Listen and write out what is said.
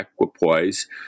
equipoise